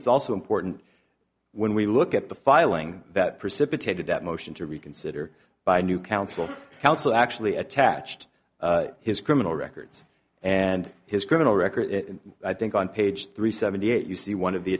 it's also important when we look at the filing that precipitated that motion to reconsider by new counsel counsel actually attached his criminal records and his criminal record i think on page three seventy eight you see one of the